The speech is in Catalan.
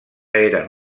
eren